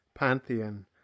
pantheon